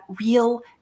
real